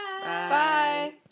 Bye